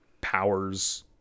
powers